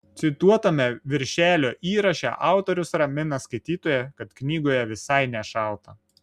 cituotame viršelio įraše autorius ramina skaitytoją kad knygoje visai nešalta